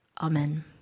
Amen